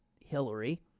Hillary